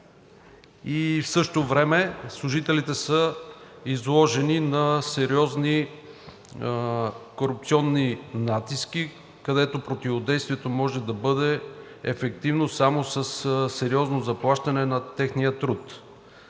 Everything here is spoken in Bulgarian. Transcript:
и в същото време служителите са изложени на сериозен корупционен натиск, където противодействието може да бъде ефективно само със сериозно заплащане на техния труд.